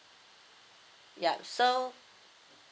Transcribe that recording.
yup so